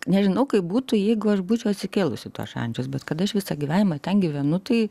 nežinau kaip būtų jeigu aš būčiau atsikėlusi į šančius bet kad aš visą gyvenimą ten gyvenu tai